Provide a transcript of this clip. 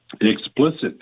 explicit